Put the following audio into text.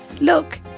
Look